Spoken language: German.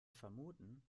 vermuten